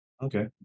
Okay